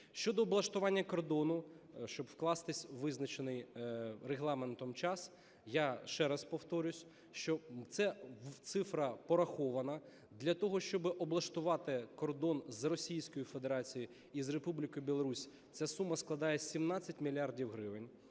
Щодо облаштування кордону, щоб вкластись у визначений регламентом час, я ще раз повторюсь, що це цифра порахована. Для того, щоб облаштувати кордон з Російською Федерацією і з Республікою Білорусь, ця сума складає 17 мільярдів